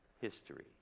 History